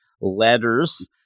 letters